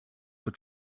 were